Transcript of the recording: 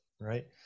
right